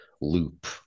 loop